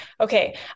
okay